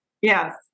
Yes